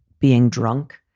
being drunk,